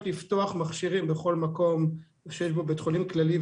לפתוח מכשירים בכל מקום שיש בו בית חולים כללי,